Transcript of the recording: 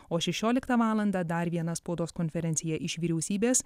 o šešioliktą valandą dar vieną spaudos konferenciją iš vyriausybės